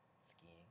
skiing